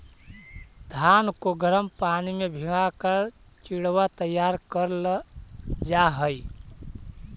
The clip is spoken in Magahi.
धान को गर्म पानी में भीगा कर चिड़वा तैयार करल जा हई